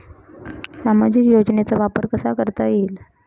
सामाजिक योजनेचा वापर कसा करता येईल?